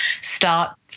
start